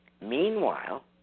Meanwhile